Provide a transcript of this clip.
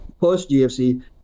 post-GFC